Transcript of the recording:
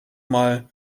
mal